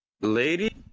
Lady